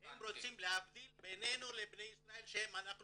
הם רוצים להבדיל בינינו לבני ישראל שאנחנו